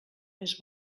més